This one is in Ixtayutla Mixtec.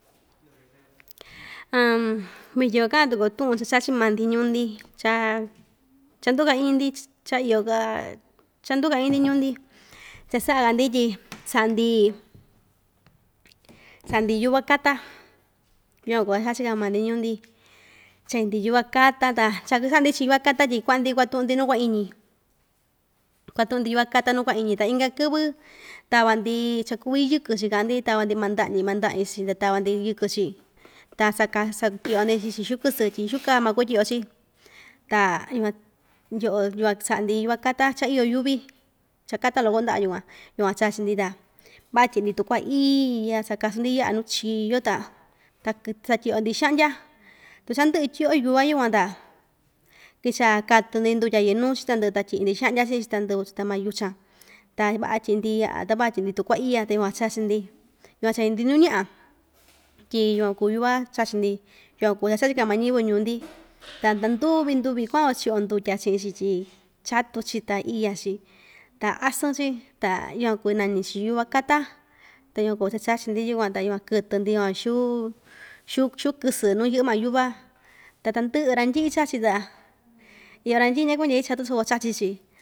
vityin kua kaꞌan tuku‑yo tuꞌun cha chachi maan‑ndi ñuu‑ndi cha cha‑nduka iñi‑ndi ch cha iyo ka cha nduu‑ka iñi‑ndi ñuu‑ndi cha saꞌa kandi tyi saꞌa‑ndi saꞌa‑ndi yuva kata yukuan kuu cha chachi‑ka maa‑ndi ñuu‑ndi chai‑ndi yuva kata ta tyi kuaꞌa‑ndi kua‑tuꞌundi nuu kuaiñi kuatuꞌu‑ndi yuva kata nuu kua‑iñi ta inka kɨvɨ tava‑ndi cha‑kuvi yɨkɨ‑chi kaꞌa‑ndi tava‑ndi maa ndaꞌa‑ñi maa ndaꞌa‑ñi‑chi ta tava‑ndi yɨkɨ‑chi ta satyiꞌyo‑ndi chii‑chi xiuu kɨsɨ tyi xuu kaa makuu tyiꞌyo‑chi ta yukuan ndyoꞌo yukuan saꞌa‑ndi yuva taka cha iyo yuvi cha‑kata loko ndaꞌa yukuan yukuan chachi‑ndi ta vaꞌa tyiꞌi‑ndi tukua iya sakasun‑ndi yaꞌa nuu chio ta ta satyi‑yo‑ndi xaꞌndya tu cha indɨꞌɨ ityiꞌyo yuva yukuan ta kichaꞌa katɨ‑ndi ndutya yɨꞌɨ nuu‑chi ta ndɨꞌɨ ta tyiꞌi‑ndi xaꞌndya chiꞌi‑chi ta nduu‑chi tama yuchan ta vaꞌa tyiꞌi‑ndi yaꞌa ta vaꞌa tyiꞌi‑ndi tukuaiya ta yukuan chachi‑ndi yukuan chei‑ndi nuu ñaꞌa tyi yukuan kuu yuva chachi‑ndi yukuan kuu cha chika ñiyɨvɨ ñuu‑ndi ta ta nduvi nduvi kuꞌu‑yo chiꞌi‑yo ndutya chiꞌi‑chi tyi chatu‑chi ta iya‑chi ta asɨn‑chi ta yukuan kuu nañi‑chi yuva kata ta yukuan cha chachi‑ndi yukuan ta yukuan kɨtɨ‑ndi van xuu xuu xuu kɨsɨ nuu yɨꞌɨ maa yuva ta tandɨꞌɨ randɨꞌɨ chachi ta iyo randɨꞌɨ ñakuñi chaa chatu soko cachi‑chi.